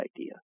idea